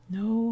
no